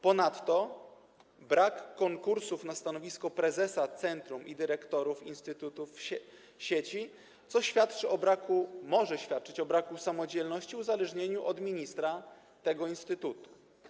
Ponadto brak konkursów na stanowisko prezesa centrum i dyrektorów instytutów sieci, co świadczy o braku, może świadczyć o braku samodzielności i uzależnieniu od ministra tych instytutów.